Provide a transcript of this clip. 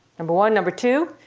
number one. number two,